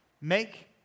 make